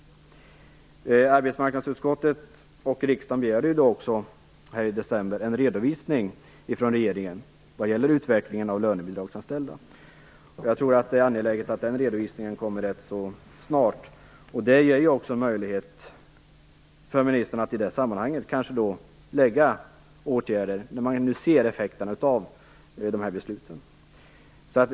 Arbetsmarknadsutskottet och riksdagen begärde också i december en redovisning från regeringen om utvecklingen vad gäller lönebidragsanställda. Jag tror att det är angeläget att den redovisningen kommer snart. I det sammanhanget får också ministern en möjlighet att lägga fram förslag om åtgärder, när man nu ser effekterna av de här besluten.